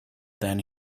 then